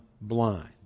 blind